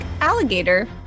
alligator